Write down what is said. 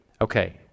Okay